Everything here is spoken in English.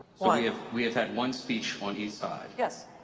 ah yeah we've had one speech on each side. yes.